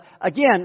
again